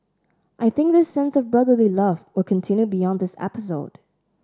I think this sense of brotherly love will continue beyond this episode